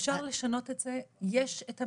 אפשר לשנות את זה, יש את המערך,